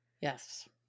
yes